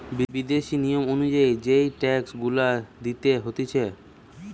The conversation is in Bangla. বিদেশি নিয়ম অনুযায়ী যেই ট্যাক্স গুলা দিতে হতিছে